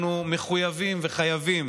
אנחנו מחויבים וחייבים